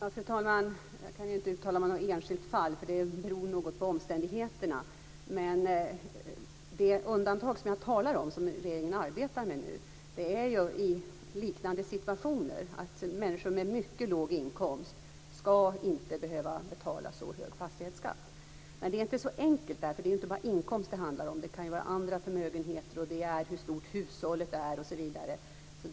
Fru talman! Jag kan ju inte uttala mig om något enskilt fall, för det beror något på omständigheterna. Det undantag som jag talar om, som regeringen arbetar med nu, gäller ju liknande situationer, att människor med mycket låg inkomst inte ska behöva betala så hög fastighetsskatt. Men det är inte så enkelt, det här. Det är ju inte bara inkomst det handlar om. Det kan också vara annan förmögenhet, hur stort hushållet är osv.